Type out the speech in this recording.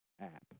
app